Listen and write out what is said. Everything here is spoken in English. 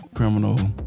Criminal